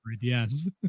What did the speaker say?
yes